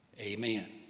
amen